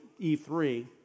E3